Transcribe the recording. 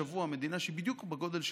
מדינה שהיא בדיוק בגודל שלנו,